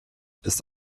ist